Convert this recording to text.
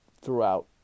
throughout